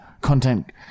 content